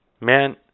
Man